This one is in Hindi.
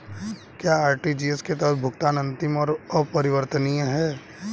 क्या आर.टी.जी.एस के तहत भुगतान अंतिम और अपरिवर्तनीय है?